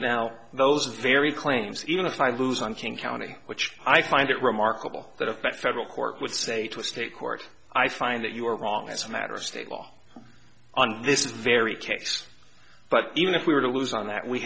now those very claims even if i lose on king county which i find it remarkable that effect federal court would say to a state court i find that you are wrong as a matter of state law on this very case but even if we were to lose on that we